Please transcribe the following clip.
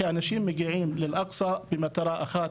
כי אנשים מגיעים לאל אקצה במטרה אחת,